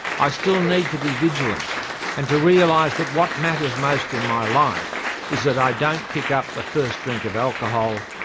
i still need to be vigilant and to realise that what matters most in my life is that i don't pick up the first drink of alcohol,